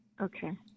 okay